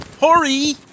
Hurry